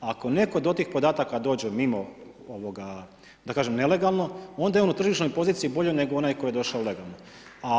Ako netko do tih podataka dođe mimo ovoga da kažem nelegalno, onda imamo tržišnu poziciju bolju nego onaj koji je došao legalno.